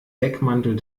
deckmantel